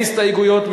הסתייגויות,